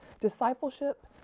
discipleship